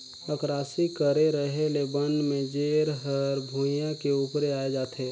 अकरासी करे रहें ले बन में जेर हर भुइयां के उपरे आय जाथे